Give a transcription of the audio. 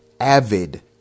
avid